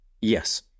Yes